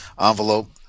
envelope